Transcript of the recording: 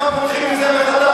ועכשיו פותחים את זה מחדש.